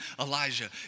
Elijah